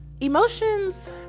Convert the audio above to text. emotions